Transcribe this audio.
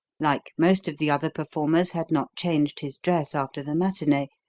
like most of the other performers, had not changed his dress after the matinee,